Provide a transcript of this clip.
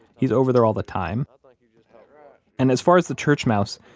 he's over there all the time. like and as far as the church mouse,